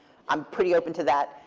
i'm pretty open to that.